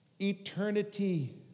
Eternity